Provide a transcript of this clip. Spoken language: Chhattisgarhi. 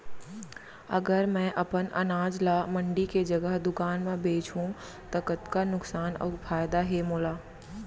अगर मैं अपन अनाज ला मंडी के जगह दुकान म बेचहूँ त कतका नुकसान अऊ फायदा हे मोला?